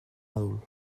adult